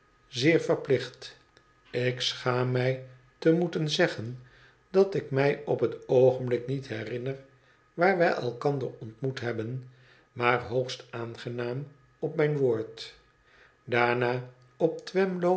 zeer veiplicht ik schaam mij te moeten zeggen dat ik mij op het oogenblik niet herinner waar wij elkander ontmoet hebben maar hoogst aangenaam op mijn woord daarna op